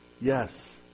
Yes